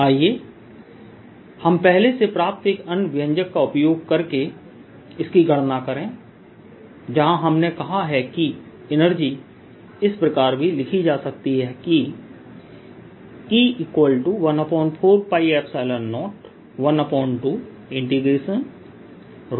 आइए हम पहले से प्राप्त एक अन्य व्यंजक का उपयोग करके इसकी गणना करें जहां हमने कहा है कि एनर्जी इस प्रकार भी लिखी जा सकती है कि E14π012∬rρr